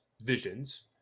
visions